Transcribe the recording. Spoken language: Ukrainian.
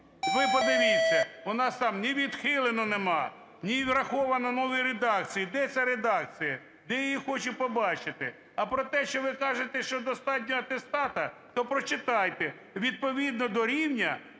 Ви подивіться, у нас там ні "відхилено" немає, ні "враховано в новій редакції". Де ця редакція? Я її хочу побачити. А про те, що ви кажете, що достатньо атестату, то прочитайте: "Відповідно до рівня,